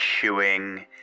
chewing